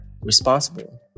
responsible